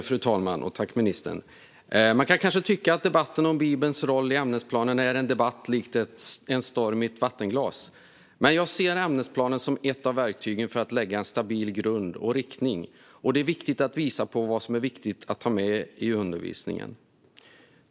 Fru talman! Tack, ministern! Man kan kanske tycka att debatten om Bibelns roll i ämnesplanen är en debatt likt en storm i ett vattenglas. Men jag ser ämnesplanen som ett av verktygen för att lägga en stabil grund och riktning, och det är viktigt att visa på vad som är viktigt att ta med i undervisningen.